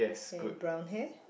and brown hair